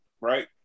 right